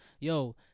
Yo